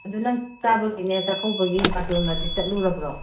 ꯑꯗꯨ ꯅꯪ ꯆꯥꯕꯒꯤꯅꯦ ꯆꯥꯛꯀꯧꯕꯒꯤ ꯕꯥꯇꯣꯟꯒꯗꯤ ꯆꯠꯂꯨꯔꯕ꯭ꯔꯣ